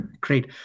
Great